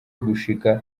gushika